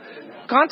contact